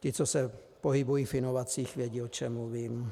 Ti, co se pohybují v inovacích, vědí, o čem mluvím.